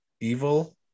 Evil